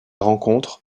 rencontre